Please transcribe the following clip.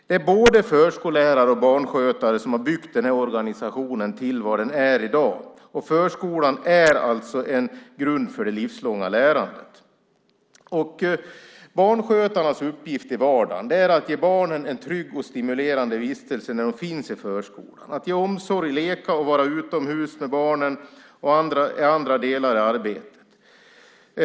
Det är både förskollärare och barnskötare som har byggt den här organisationen till vad den är i dag. Förskolan är alltså en grund för det livslånga lärandet. Barnskötarnas uppgift i vardagen är att ge barnen en trygg och stimulerande vistelse när de finns i förskolan, att ge omsorg, leka och vara utomhus med barnen.